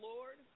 Lord